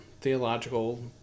theological